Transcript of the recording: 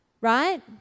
right